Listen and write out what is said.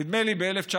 נדמה לי ב-1979,